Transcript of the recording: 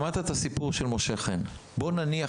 שמעת את הסיפור של משה חן בוא נניח,